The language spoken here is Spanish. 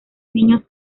niños